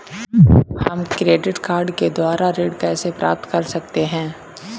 हम credit card के द्वारा ऋण कैसे प्राप्त कर सकते हैं?